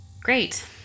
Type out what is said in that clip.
Great